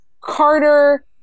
Carter